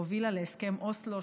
והובילה להסכם אוסלו,